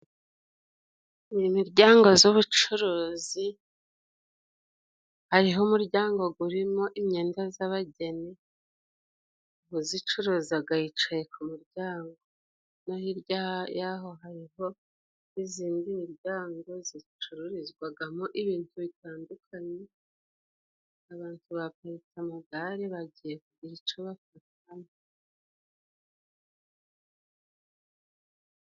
Ni imiryango z'ubucuruzi hariho umuryango gurimo imyenda z'abageni uzicuruzaga yicaye ku muryango no hirya y'aho hariho n'izindi miryango zicururizwagamo ibintu bitandukanye abantu ba perezida magare bagiye kugira ico bafatamo.